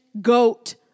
goat